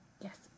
Yes